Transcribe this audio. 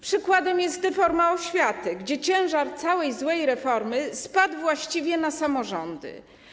Przykładem jest deforma oświaty, w której ciężar całej złej reformy spadł właściwie na samorządy.